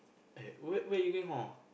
eh where where you going hor